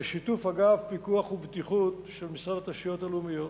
בשיתוף אגף פיקוח ובטיחות של משרד התשתיות הלאומיות.